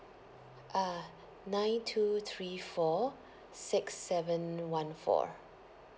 ah nine two three four six seven one four